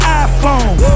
iPhone